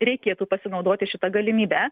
reikėtų pasinaudoti šita galimybe